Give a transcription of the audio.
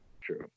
True